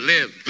Live